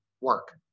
work